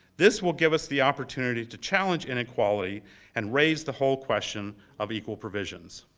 this will give us the opportunity to challenge inequalities and raise the whole question of equal provisions.